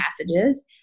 passages